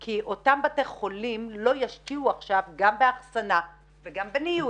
כי אותם בתי חולים לא ישקיעו עכשיו גם באחסנה וגם בניוד.